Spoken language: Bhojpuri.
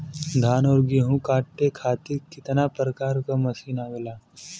धान और गेहूँ कांटे खातीर कितना प्रकार के मशीन आवेला?